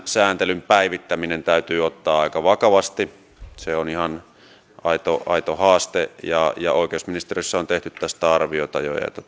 sääntelyn päivittäminen täytyy ottaa aika vakavasti se on ihan aito aito haaste ja oikeusministeriössä on tehty tästä jo arviota